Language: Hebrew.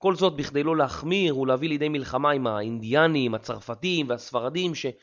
כל זאת בכדי לא להחמיר ולהביא לידי מלחמה עם האינדיאנים, הצרפתים והספרדים ש...